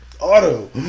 auto